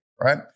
right